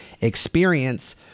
experience